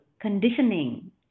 conditioning